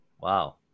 Wow